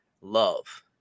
love